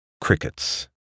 crickets